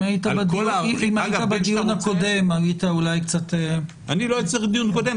היית בדיון הקודם היית אולי -- אני לא צריך דיון קודם,